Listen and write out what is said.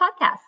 podcast